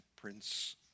prince